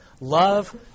Love